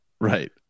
Right